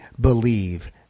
believe